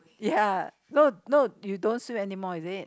ya no no you don't swim anymore is it